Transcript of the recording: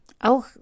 auch